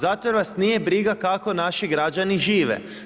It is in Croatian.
Zato jer vas nije briga kako naši građani žive.